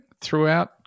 throughout